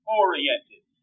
oriented